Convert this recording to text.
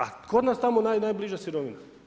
A kod nas tamo najbliža sirovina.